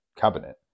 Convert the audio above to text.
cabinet